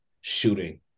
shooting